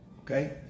Okay